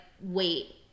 wait